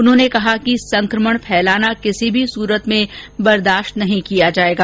उन्होंने कहा कि संकमण फैलाना किसी भी सूरत में बर्दाश्त नहीं किया जाएगा